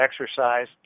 exercise